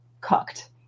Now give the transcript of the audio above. cooked